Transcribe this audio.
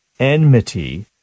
Enmity